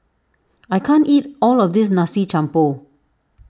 I can't eat all of this Nasi Campur